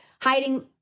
hiding